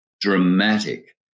dramatic